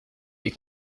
est